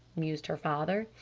mused her father,